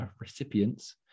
recipients